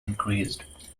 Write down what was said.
increased